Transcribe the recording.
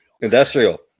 Industrial